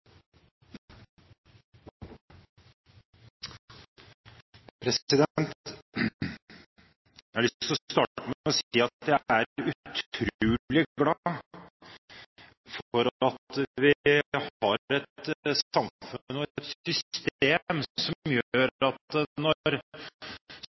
har lyst til å starte med å si at jeg er utrolig glad for at vi har et samfunn og et system som